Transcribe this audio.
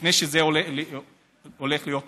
לפני שזה הולך להיות מאוחר.